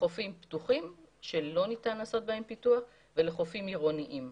לחופים פתוחים שלא ניתן לעשות בהם פיתוח ולחופים עירוניים.